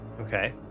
Okay